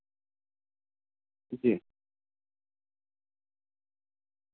جی